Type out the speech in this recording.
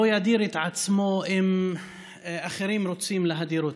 ידיר את עצמו אם אחרים רוצים להדיר אותו.